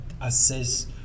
assess